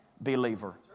believer